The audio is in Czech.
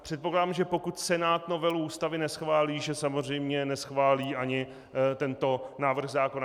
Předpokládám, že pokud Senát novelu Ústavy neschválí, že samozřejmě neschválí ani tento návrh zákona.